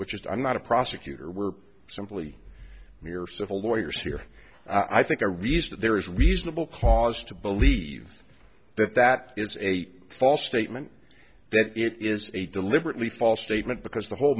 which is i'm not a prosecutor we're simply mere civil lawyers here i think a reason that there is reasonable cause to believe that that is a false statement that it is a deliberately false statement because the whole